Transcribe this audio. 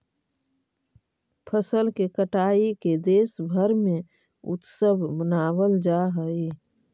फसल के कटाई के देशभर में उत्सव मनावल जा हइ